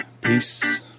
Peace